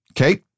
Okay